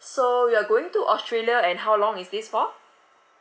so you are going to australia and how long is this for